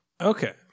Okay